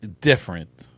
different